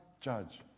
judge